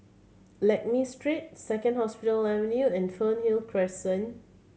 Lakme Street Second Hospital Avenue and Fernhill Crescent